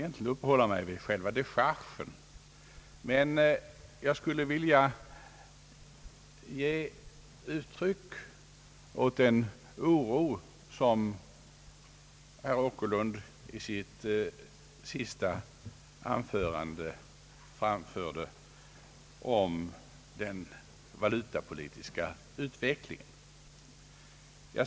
Jag skall inte uppehålla mig vid själva dechargen, utan jag har begärt ordet närmast för att ge uttryck åt den oro, som herr Åkerlund i sitt senaste anförande talade om i fråga om den valutapolitiska utvecklingen.